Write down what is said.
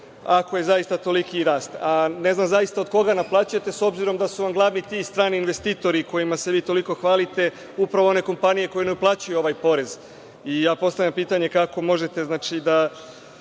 ako je zaista toliki rast. Ne znam zaista od koga naplaćujete, s obzirom da su vam glavni ti strani investitori, kojima se vi toliko hvalite, upravo one kompanije koje ne uplaćuju ovaj porez. Ja postavljam pitanje – kako možete da